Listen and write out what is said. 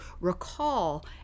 recall